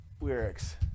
lyrics